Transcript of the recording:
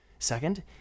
Second